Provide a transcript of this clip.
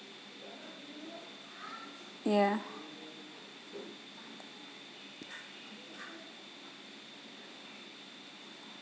ya